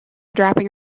dropping